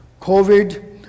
COVID